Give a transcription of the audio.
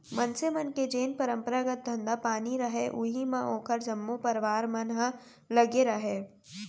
मनसे मन के जेन परपंरागत धंधा पानी रहय उही म ओखर जम्मो परवार मन ह लगे रहय